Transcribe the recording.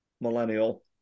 millennial